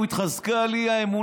אתה דיברת על הסבא היהודי.